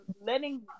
letting